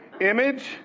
image